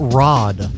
rod